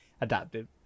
adaptive